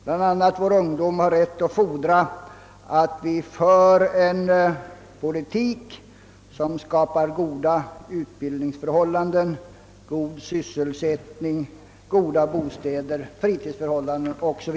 Vår ungdom har bl.a. rätt att fordra att vi för en politik som skapar goda utbildningsmöjligheter, god sysselsättning, goda bostäder och fritidsförhållanden 0. s. v.